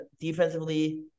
defensively